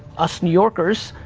us new yorkers,